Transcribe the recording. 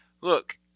look